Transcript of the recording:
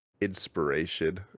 inspiration